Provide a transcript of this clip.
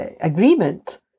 agreement